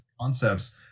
concepts